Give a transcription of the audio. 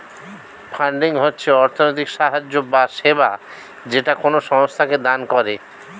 funding হচ্ছে অর্থনৈতিক সাহায্য বা সেবা যেটা কোনো সংস্থাকে দান করে